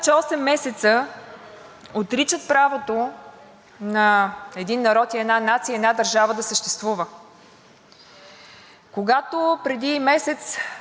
когато преди месец руският президент обяви частична мобилизация на населението на